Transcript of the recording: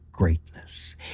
greatness